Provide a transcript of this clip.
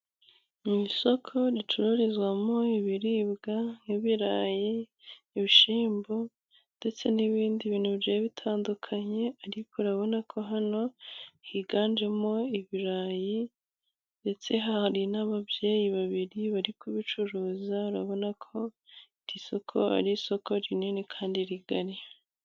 Mu isoko ricururizwamo ibiribwa nk'ibirayi, ibishyimbo, ndetse n'ibindi bintu bigiye bitandukanye, ariko urabona ko hano higanjemo ibirayi. Ndetse hari n’ababyeyi babiri bari kubicuruza. Urabona ko iri soko ari isoko rinini kandi rigari.